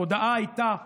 ההודעה הייתה בכנסת,